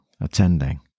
attending